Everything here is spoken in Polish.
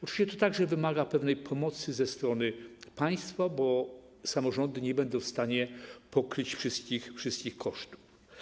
Oczywiście to także wymaga pewnej pomocy ze strony państwa, bo samorządy nie będą w stanie pokryć wszystkich kosztów.